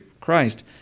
christ